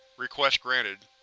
request granted.